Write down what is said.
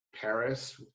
Paris